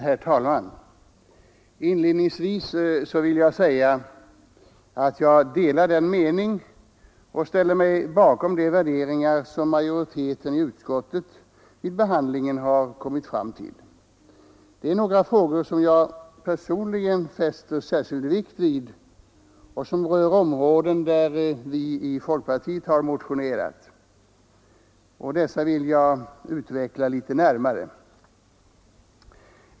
Herr talman! Inledningsvis vill jag säga att jag delar den mening och ställer mig bakom de värderingar som majoriteten i utskottet vid behandlingen kommit fram till. Det är några frågor som jag personligen fäster särskild vikt vid och som rör områden där vi i folkpartiet motionerat. Dessa vill jag nu utveckla litet närmare.